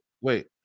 wait